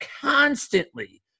constantly